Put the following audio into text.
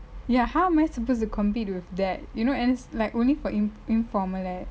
ya how am I supposed to compete with that you know and it's like only for in~ informal leh